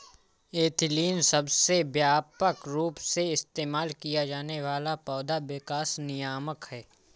ethylene सबसे व्यापक रूप से इस्तेमाल किया जाने वाला पौधा विकास नियामक है